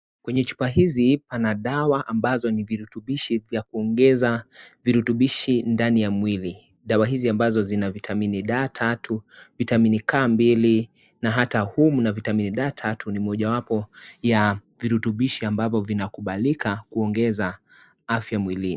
Kwenye chupa hizi pana dawa ambazo ni virutubishi vya kuongeza virutubishi ndani ya mwili. Dawa hizi ambazo zina vitamini D3, vitamini K2 na vitamini D3 ni mojawapo ya virutubishi ambavyo vinakubalika kuongeza afya mwilini.